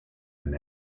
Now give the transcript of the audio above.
and